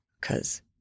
Cause